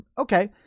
Okay